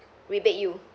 rebate you